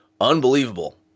unbelievable